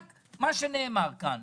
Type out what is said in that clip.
רק מה שנאמר כאן.